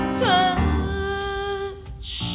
touch